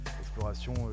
exploration